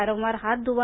वारंवार हात धुवा